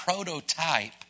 prototype